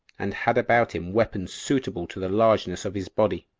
and had about him weapons suitable to the largeness of his body,